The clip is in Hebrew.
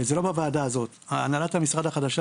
זה לא בוועדה הזאת אבל הנהלת המשרד החדשה